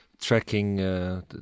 tracking